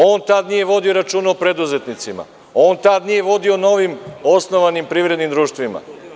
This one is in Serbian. On tad nije vodio računa o preduzetnicima, on tad nije vodio novim osnovanim privrednim društvima.